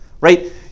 right